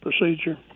procedure